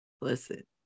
listen